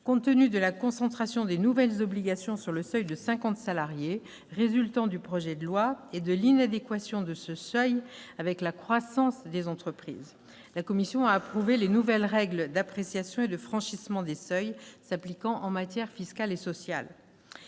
compte tenu de la concentration des nouvelles obligations sur le seuil de 50 salariés résultant du projet de loi et de l'inadéquation de ce seuil avec la croissance des entreprises. La commission spéciale a approuvé les nouvelles règles d'appréciation et de franchissement des seuils s'appliquant en matière fiscale et sociale.